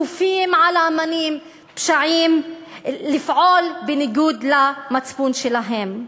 כופים על האמנים לפעול בניגוד למצפון שלהם.